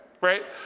right